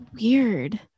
weird